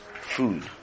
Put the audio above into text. food